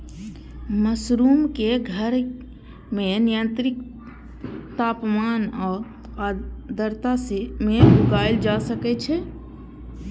mushroom कें घर मे नियंत्रित तापमान आ आर्द्रता मे उगाएल जा सकै छै